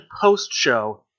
post-show